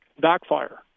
backfire